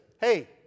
hey